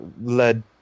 led